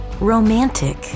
romantic